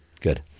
Good